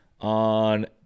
on